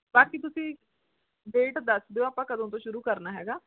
ਬਾਕੀ ਤੁਸੀਂ ਡੇਟ ਦੱਸ ਦਿਓ ਆਪਾਂ ਕਦੋਂ ਤੋਂ ਸ਼ੁਰੂ ਕਰਨਾ ਹੈਗਾ